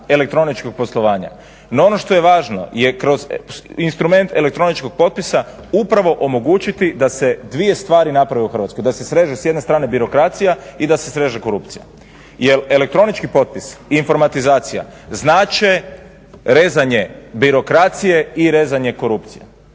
elektroničkog poslovanja. No ono što je važno je kroz instrument elektroničkog potpisa upravo omogućiti da se dvije stvari naprave u Hrvatskoj, da se sreže s jedne strane birokracija i da se sreže korupcija. Jer elektronički potpis, informatizacija znače rezanje birokracije i rezanje korupcije.